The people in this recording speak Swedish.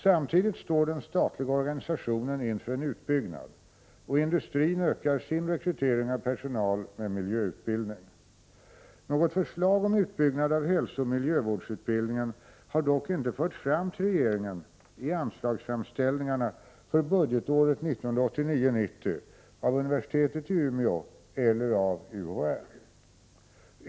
Samtidigt står den statliga organisationen inför en utbyggnad, och industrin ökar sin rekrytering av personal med miljöutbildning. Något förslag om utbyggnad av hälsooch miljövårdsutbildningen har dock inte förts fram till regeringen i anslagsframställningarna för budgetåret 1989/90, av universitetet i Umeå eller av UHÄ.